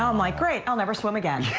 um like great, i'll never swim again.